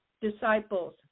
disciples